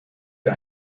für